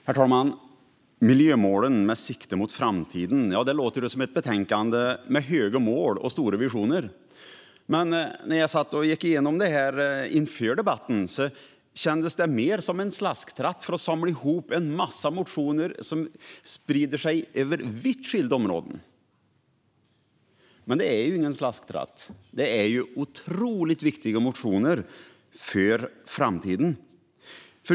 Herr talman! Miljömålen - med sikte mot framtiden låter som ett betänkande med höga mål och stora visioner. Men när jag gick igenom det inför debatten tyckte jag att det kändes mer som en slasktratt för att samla ihop en massa motioner, spridda över vitt skilda områden. Det är dock ingen slasktratt. Det är otroligt viktiga motioner för framtiden.